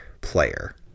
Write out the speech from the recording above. player